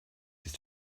ist